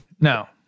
now